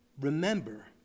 Remember